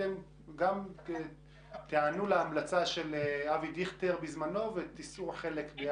אתם תיענו להמלצה של אבי דיכטר בזמנו ותישאו בחלק מהעליות,